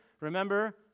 remember